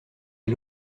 est